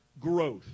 Growth